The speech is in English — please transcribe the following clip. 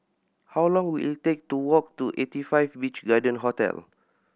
how long will it take to walk to Eighty Five Beach Garden Hotel